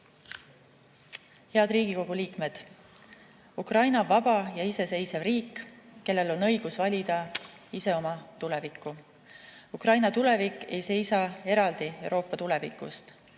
Head Riigikogu liikmed! Ukraina on vaba ja iseseisev riik, kellel on õigus valida ise oma tulevikku. Ukraina tulevik ei seisa eraldi Euroopa tulevikust.